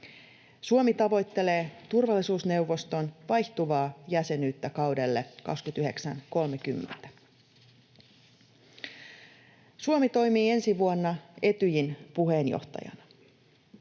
Suomi tavoittelee turvallisuusneuvoston vaihtuvaa jäsenyyttä kaudelle 29—30. Suomi toimii ensi vuonna Etyjin puheenjohtajana.